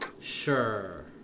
Sure